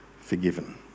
forgiven